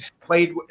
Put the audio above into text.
played